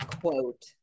quote